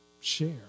share